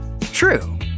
True